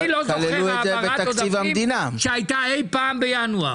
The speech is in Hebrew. אני לא זוכר העברת עודפים שהייתה אי פעם בינואר.